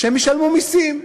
לשלם מסים,